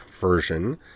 version